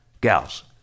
gals